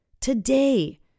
Today